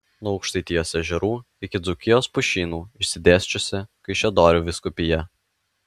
nuo aukštaitijos ežerų iki dzūkijos pušynų išsidėsčiusi kaišiadorių vyskupija